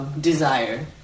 desire